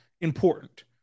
important